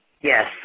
Yes